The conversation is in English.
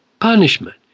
punishment